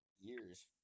years